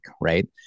Right